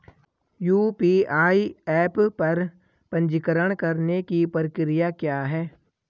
UPI app पर पंजीकरण करने की प्रक्रिया क्या है?